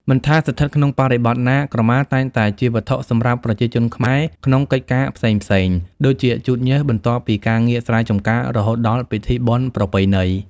មិនថាស្ថិតក្នុងបរិបទណា ក្រមាតែងតែជាវត្ថុសម្រាប់ប្រជាជនខ្មែរក្នុងកិច្ចការផ្សេងៗ ដូចជាជូតញើសបន្ទាប់ពីការងារស្រែចម្ការរហូតដល់ពិធីបុណ្យប្រពៃណី។